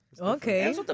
Okay